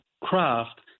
craft